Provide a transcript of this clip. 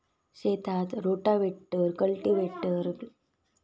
शेतात rotavator, cultivator, planter अशी उपकरणा शेतीसाठी लागतत